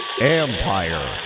Empire